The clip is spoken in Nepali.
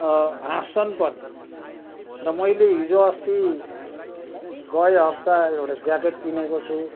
हाँस्छन् पनि र मैले हिजो अस्ति गए हप्ता एउटा ज्याकेट किनेको छु